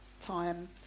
time